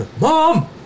Mom